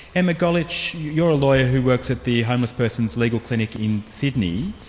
emma golledge, you're a lawyer who works at the homeless persons' legal clinic in sydney.